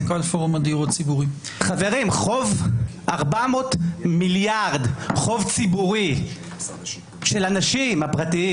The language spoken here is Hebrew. חוב ציבורי של 400 מיליארד של אנשים פרטיים